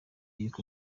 y’uko